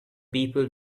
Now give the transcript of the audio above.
people